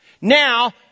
now